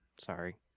sorry